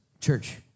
church